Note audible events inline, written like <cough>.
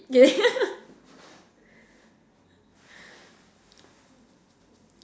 <laughs>